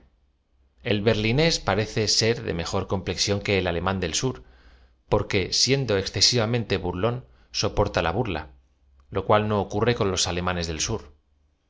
l ber linés parece ser de m ejor complexión que el alemn del sur porque siendo excesivamente burlón sopor ta la burla lo cual no ocurre con los alemanes del sur